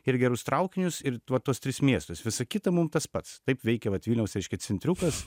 ir gerus traukinius ir va tuos tris miestus visa kita mum tas pats taip veikia vat vilniaus reiškia centriukas